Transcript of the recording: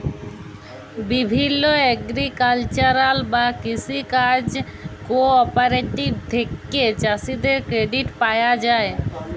বিভিল্য এগ্রিকালচারাল বা কৃষি কাজ কোঅপারেটিভ থেক্যে চাষীদের ক্রেডিট পায়া যায়